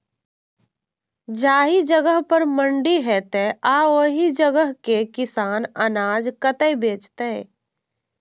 जाहि जगह पर मंडी हैते आ ओहि जगह के किसान अनाज कतय बेचते?